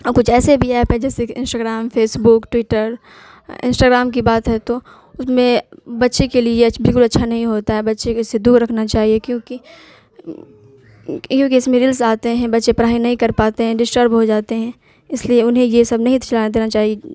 اور کچھ ایسے بھی ایپ ہے جیسے کہ Instagram Facebook Twitter Instagram کی بات ہے تو اس میں بچے کے لیے بالکل اچھا نہیں ہوتا ہے بچے کو اس سے دور رکھنا چاہیے کیونکہ کیونکہ اس میں ریلس آتے ہیں بچے پڑھائی نہیں کر پاتے ہیں ڈسٹرب ہو جاتے ہیں اس لیے انہیں یہ سب نہیں چلانے دینا چاہیے